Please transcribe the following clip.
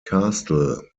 castle